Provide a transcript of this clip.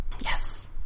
Yes